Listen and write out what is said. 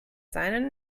seinen